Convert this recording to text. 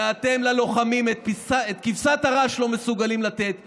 ואת כבשת הרש אתם לא מסוגלים לתת ללוחמים.